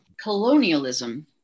Colonialism